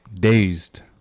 dazed